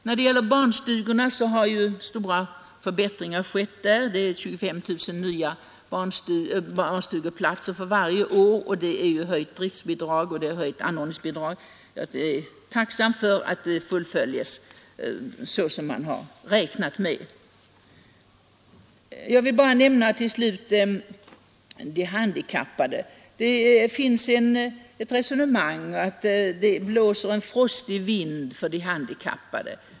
När det gäller barnstugorna har ju stora förbättringar skett. Det blir 25 000 nya barnstugeplatser varje år, det blir höjningar av driftbidrag och av anordningsbidrag. Jag är tacksam för att detta fullföljs så som man har räknat med. Till slut vill jag säga några ord särskilt om de handikappade. Det förs ett resonemang som går ut på att det blåser en frostig vind kring de handikappade.